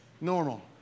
normal